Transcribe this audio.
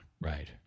Right